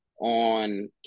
on